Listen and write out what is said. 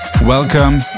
welcome